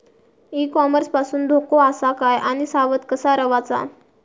E commerce पासून धोको आसा काय आणि सावध कसा रवाचा?